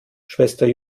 schwester